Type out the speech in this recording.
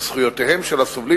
וזכויותיהם של הסובלים